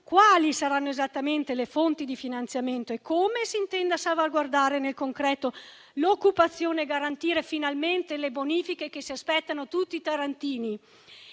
quali saranno esattamente le fonti di finanziamento, come si intenda salvaguardare nel concreto l'occupazione e garantire finalmente le bonifiche che aspettano tutti i tarantini.